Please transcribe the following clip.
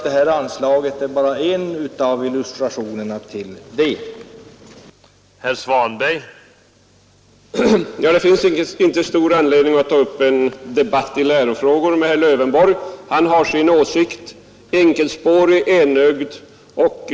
Det här anslaget är bara en av illustrationerna till det.